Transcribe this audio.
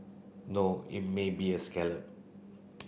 no it may be a scallop